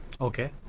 okay